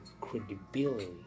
credibility